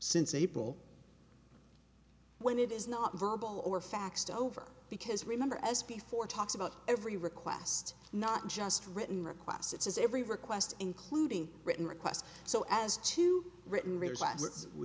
since april when it is not verbal or faxed over because remember as before talks about every request not just written request it says every request including written request so as to written